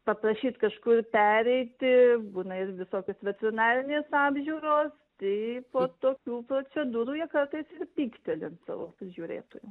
paprašyt kažkur pereiti būna ir visokios veterinarinės apžiūros tai po tokių procedūrų jie kartais ir pykteli ant savo prižiūrėtojų